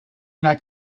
that